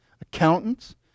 accountants